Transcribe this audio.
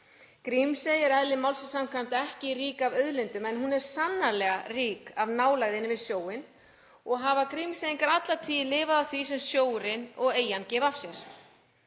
Grímsey er eðli málsins samkvæmt ekki rík af auðlindum en hún er sannarlega rík af nálægðinni við sjóinn og hafa Grímseyingar alla tíð lifað af því sem sjórinn og eyjan gefa af sér.